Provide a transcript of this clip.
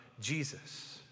Jesus